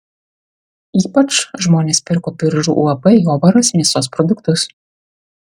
ypač žmonės pirko biržų uab jovaras mėsos produktus